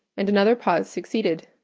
and another pause succeeded.